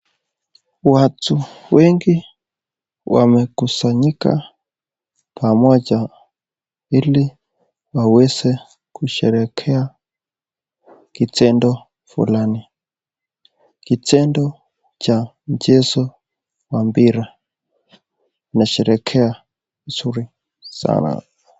Watu wengi wamekusanyika pamoja ili waweze kusherehekea kitendo flani kitendo cha mchezo wa mpira, wanasherehekea vizuri sana.